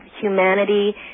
humanity